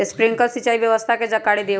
Sprinkler सिंचाई व्यवस्था के जाकारी दिऔ?